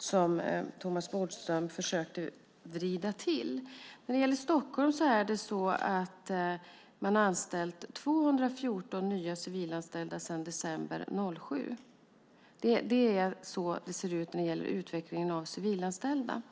som Thomas Bodström försökte vrida till. I Stockholm har man fått 214 nya civilanställda sedan december 2007. Det är så det ser ut när det gäller utvecklingen för civilanställda.